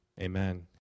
Amen